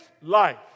life